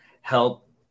help